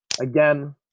Again